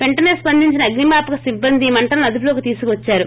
వెంటసే స్సందించిన అగ్నీ మాపక సిబ్బంది మంటలను అదుపులోకి తెచ్చారు